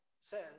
says